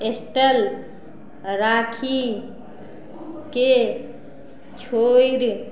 stall राखि के छोड़ि